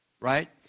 right